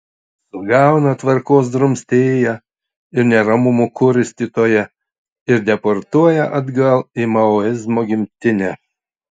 sugauna tvarkos drumstėją ir neramumų kurstytoją ir deportuoja atgal į maoizmo gimtinę